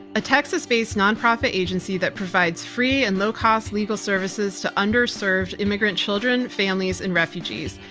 a texas-based nonprofit agency that provides free and low-cost legal services to underserved immigrant children, families and refugees.